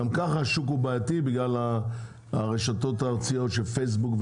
גם ככה השוק הוא בעייתי בגלל הרשתות הארציות של פייסבוק,